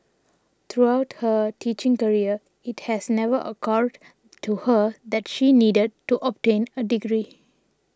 throughout her teaching career it has never occurred to her that she needed to obtain a degree